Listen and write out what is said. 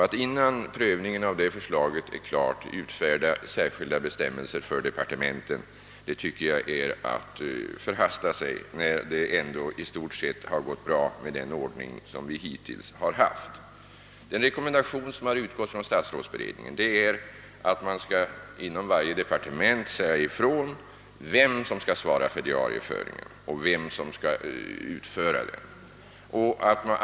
Att innan prövningen av detta förslag är klar utfärda särskilda bestämmelser för departementen är enligt min mening att förhasta sig; det har ändå i stort sett gått bra med den ordning som vi hittills har haft. Den rekommendation som har utgått från statsrådsberedningen gäller att man inom varje departement skall säga ifrån vem som skall svara för diarieföringen.